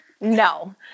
No